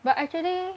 but actually